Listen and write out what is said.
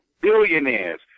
billionaires